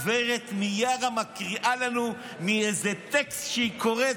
גב' מיארה מקריאה לנו מאיזה טקסט שהיא קוראת,